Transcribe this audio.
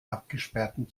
abgesperrten